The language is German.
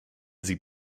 sie